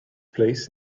place